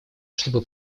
чтобы